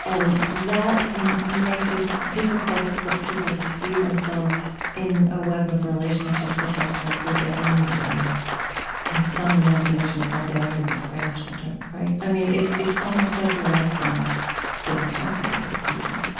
and that makes it difficult for people to see themselves in a web of relationships that has to include their enemies and and some imagination about their enemies' grandchildren, right? i mean, it's almost like you're asking the impossible of people